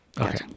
Okay